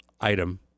item